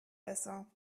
besser